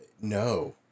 no